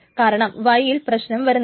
കാരണം y യിൽ പ്രശ്നം വരുന്നില്ല